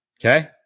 Okay